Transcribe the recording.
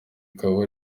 ukaba